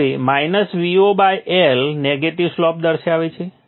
હવે Vo L negative slope દર્શાવે છે